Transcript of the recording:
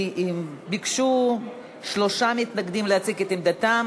ביקשו שלושה מתנגדים להציג את עמדתם.